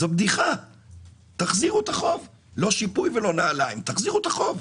לא שיפוי ולא נעליים, תחזירו את החוב.